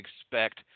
expect